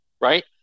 right